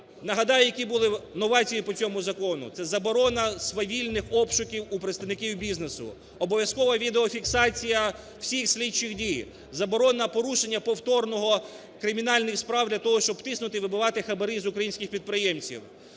Нагадаю, які були новації по цьому закону. Це заборона свавільних обшуків у представників бізнесу, обов'язковавідеофіксація всіх слідчих дій, заборона на порушення повторне кримінальних справ для того, щоб тиснути, вибивати хабарі з українських підприємців;